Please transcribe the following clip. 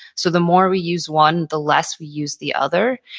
so the more we use one, the less we use the other.